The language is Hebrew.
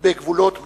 בגבולות בני-הגנה.